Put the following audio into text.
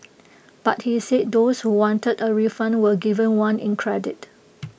but he said those who wanted A refund were given one in credit